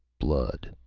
blood,